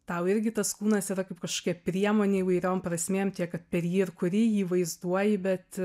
tau irgi tas kūnas yra kaip kažkokia priemonė įvairiom prasmėm tiek kad per jį ir kuri jį vaizduoji bet